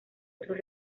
otros